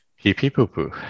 Pee-pee-poo-poo